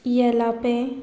येलापे